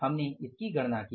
हमने इसकी गणना की